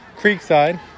Creekside